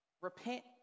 Repent